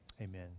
Amen